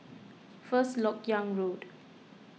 First Lok Yang Road